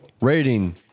Rating